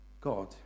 God